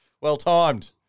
Well-timed